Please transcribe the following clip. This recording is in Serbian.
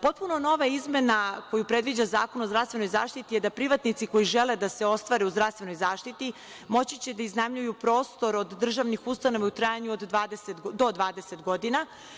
Potpuno nova izmena koju predviđa zakon o zdravstvenoj zaštiti je da privatnici koji žele da se ostvare u zdravstvenoj zaštiti, moći će da iznajmljuju prostor od državnih ustanova u trajanju do 20 godina.